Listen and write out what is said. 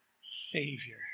savior